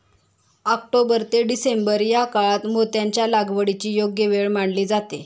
October ते December या काळात मोत्यांच्या लागवडीची योग्य वेळ मानली जाते